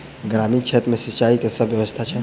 ग्रामीण क्षेत्र मे सिंचाई केँ की सब व्यवस्था छै?